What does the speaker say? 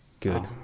good